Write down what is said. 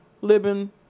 living